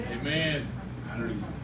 Amen